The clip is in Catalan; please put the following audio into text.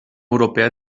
europea